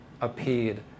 appeared